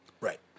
Right